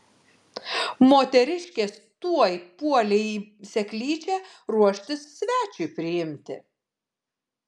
moteriškės tuoj puolė į seklyčią ruoštis svečiui priimti